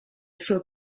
sua